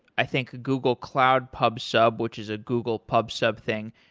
i think, google cloud pub sub, which is a google pub sub thing.